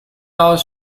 aus